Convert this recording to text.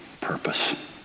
purpose